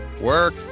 work